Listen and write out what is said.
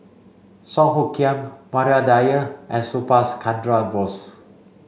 Song Hoot Kiam Maria Dyer and Subhas Chandra Bose